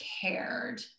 cared